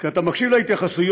כשאתה מקשיב להתייחסויות